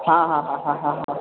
हां हां हां हां हां हां